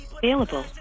available